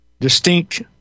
distinct